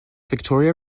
victoria